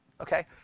Okay